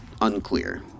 unclear